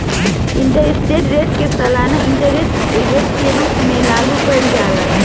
interest rate के सालाना interest rate के रूप में लागू कईल जाला